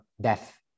death